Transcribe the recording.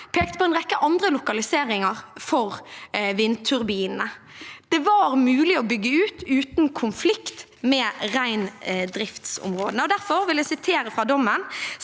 pekte på en rekke andre lokaliseringer for vindturbinene. Det var mulig å bygge ut uten konflikt med reindriftsområdene. Derfor vil jeg sitere fra dommen: